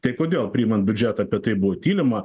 tai kodėl priimant biudžetą apie tai buvo tylima